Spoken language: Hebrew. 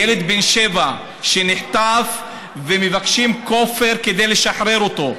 ילד בן שבע שנחטף ומבקשים כופר כדי לשחרר אותו.